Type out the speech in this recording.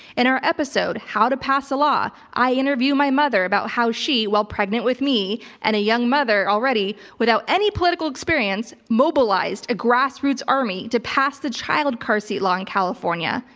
in our episode how to pass a law, i interview my mother about how she, while pregnant with me and a young mother already without any political experience, mobilized a grassroots army to pass the child car seat law in california.